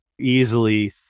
easily